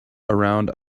around